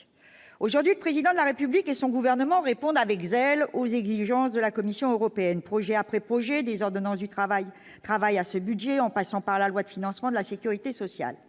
aujourd'hui président de la République et son gouvernement répondent avec des ailes aux exigences de la Commission européenne, projet après projet des ordonnances du travail, travail à ce budget, en passant par la loi de financement de la Sécurité sociale,